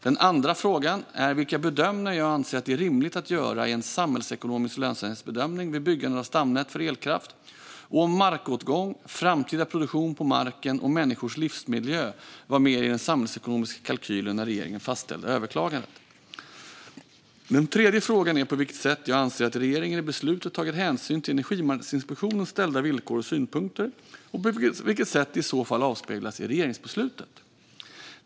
Den andra frågan är vilka bedömningar jag anser att det är rimligt att göra i en samhällsekonomisk lönsamhetsbedömning vid byggande av stamnät för elkraft och om markåtgång, framtida produktion på marken och människors livsmiljö var med i den samhällsekonomiska kalkylen när regeringen fastställde överklagandet. Den tredje frågan är på vilket sätt jag anser att regeringen i beslutet tagit hänsyn till Energimarknadsinspektionens ställda villkor och synpunkter och på vilket sätt de i så fall avspeglas i regeringsbeslutet.